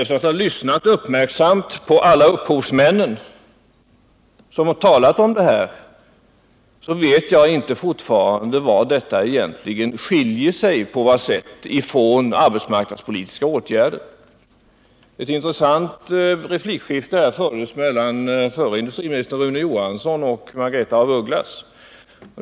Efter att ha lyssnat uppmärksamt på alla upphovsmännen som talat om detta vet jag uppriktigt sagt fortfarande inte på vad sätt detta skiljer sig från arbetsmarknadspolitiska åtgärder. Ett intressant replikskifte fördes mellan förre industriministern Rune Johansson och Margaretha af Ugglas.